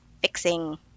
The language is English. fixing